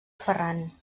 ferran